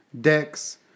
Decks